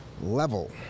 level